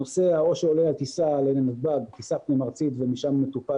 הנוסע או שיעלה על טיסה פנים-ארצית לנתב"ג ושם יטופל